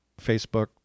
Facebook